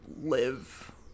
live